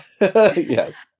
Yes